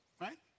right